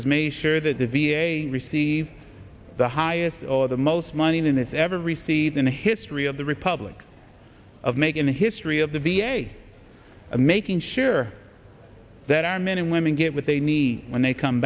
has made or that the v a received the highest or the most money in this ever received in the history of the republic of making the history of the v a i'm making sure that our men and women get what they need when they come